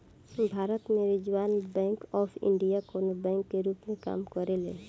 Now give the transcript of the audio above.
भारत में reserve bank of India कवनो bank के रूप में काम करेले